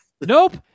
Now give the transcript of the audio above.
Nope